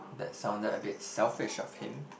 that sounded a bit selfish of him